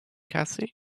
cassie